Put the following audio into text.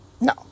No